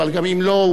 אבל גם אם לא,